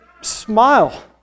smile